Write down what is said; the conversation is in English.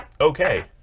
Okay